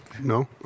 No